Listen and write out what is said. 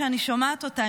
כשאני שומעת אותה,